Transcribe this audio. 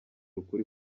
ukuri